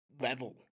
level